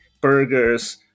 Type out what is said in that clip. burgers